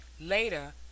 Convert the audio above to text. Later